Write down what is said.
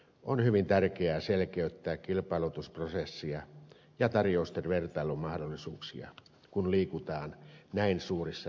on hyvin tärkeää selkeyttää kilpailutusprosessia ja tarjousten vertailumahdollisuuksia kun liikutaan näin suurissa rahasummissa